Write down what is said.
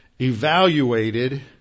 evaluated